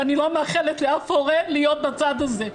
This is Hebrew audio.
ואני לא מאחלת לאף הורה להיות בצד הזה.